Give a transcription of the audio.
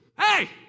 Hey